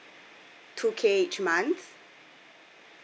two K each month